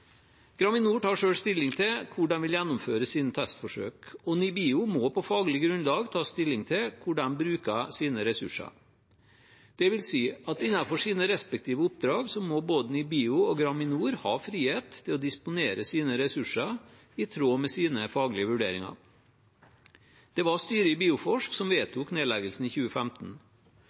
Graminor tar selv stilling til hvor de vil gjennomføre sine testforsøk, og NIBIO må på faglig grunnlag ta stilling til hvor de bruker sine ressurser. Det vil si at innenfor sine respektive oppdrag må både NIBIO og Graminor ha frihet til å disponere sine ressurser i tråd med sine faglige vurderinger. Det var styret i Bioforsk som vedtok nedleggelsen i 2015.